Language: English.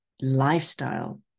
lifestyle